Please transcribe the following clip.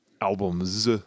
albums